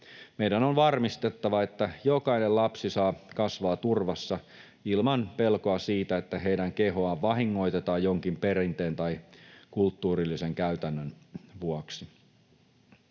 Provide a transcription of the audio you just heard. Meidän on varmistettava, että jokainen lapsi saa kasvaa turvassa ilman pelkoa siitä, että heidän kehoaan vahingoitetaan jonkin perinteen tai kulttuurillisen käytännön vuoksi.